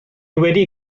wedi